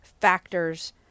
factors